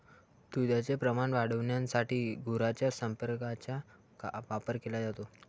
दुधाचे प्रमाण वाढविण्यासाठी गुरांच्या संप्रेरकांचा वापर केला जातो